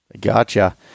Gotcha